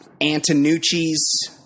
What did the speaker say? Antonucci's